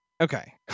okay